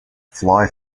fly